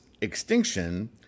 extinction